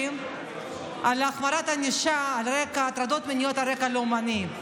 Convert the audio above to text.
על החמרת ענישה בהטרדות מיניות על רקע לאומני.